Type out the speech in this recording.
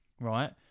right